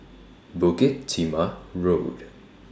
Bukit Timah Road